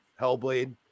Hellblade